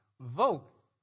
vote